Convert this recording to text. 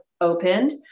opened